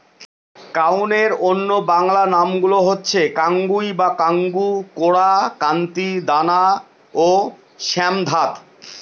কাউনের অন্য বাংলা নামগুলো হচ্ছে কাঙ্গুই বা কাঙ্গু, কোরা, কান্তি, দানা ও শ্যামধাত